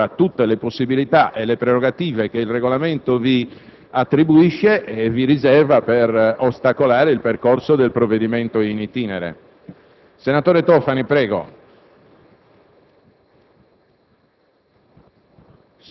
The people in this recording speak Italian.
Presidenti dei Gruppi, avete ora tutte le possibilità e le prerogative che il Regolamento vi attribuisce e vi riserva per ostacolare il percorso del provvedimento *in itinere*.